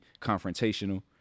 confrontational